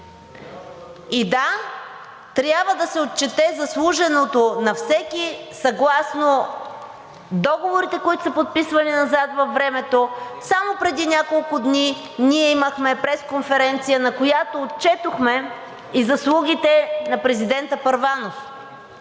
И да, трябва да се отчете заслуженото на всеки съгласно договорите, които са подписвали назад във времето. Само преди няколко дни ние имахме пресконференция, на която отчетохме и заслугите на президента Първанов,